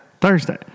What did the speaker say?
Thursday